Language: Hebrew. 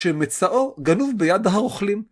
שמצאו גנוב ביד האוכלים.